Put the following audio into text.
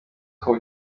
uko